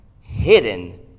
hidden